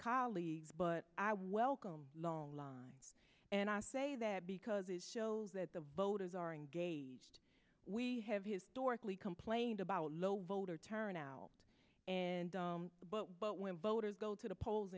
colleagues but i welcome long and i say that because it shows that the voters are engaged we have historically complained about a low voter turnout and but when voters go to the polls